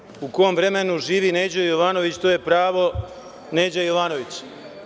Pre svega u kom vremenu živi Neđo Jovanović, to je pravo Neđe Jovanovića.